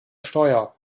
steuer